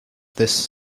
this